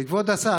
כבוד השר,